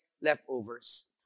leftovers